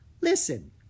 Listen